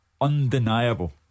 undeniable